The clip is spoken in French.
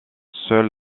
seul